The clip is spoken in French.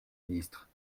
ministre